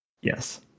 Yes